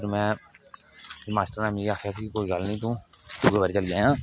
फिर में मास्टरे ने मिगी आखेआ कि कोई गल्ल नेई तू दूई बारी चली जायां ते